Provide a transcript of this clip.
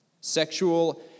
sexual